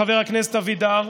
חבר הכנסת אבידר,